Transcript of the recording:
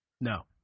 No